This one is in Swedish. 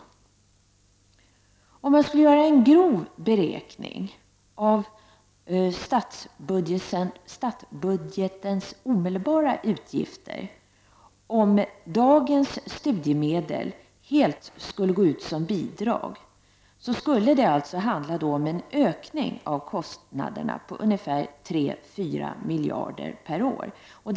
En grov beräkning av omedelbara utgifter på statsbudgeten, om dagens studiemedel helt skulle gå ut som bidrag, visar att det skulle handla om 3 å 4 miljarder kronor per år.